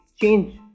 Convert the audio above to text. change